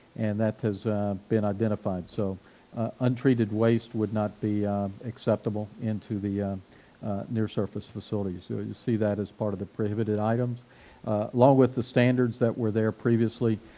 and that has been identified. so untreated waste would not be acceptable into the near surface facilities. so you see that as part of the prohibited items along with the standards that were there previously.